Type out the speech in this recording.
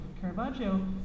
Caravaggio